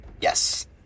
Yes